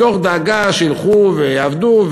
מתוך דאגה שילכו ויעבדו,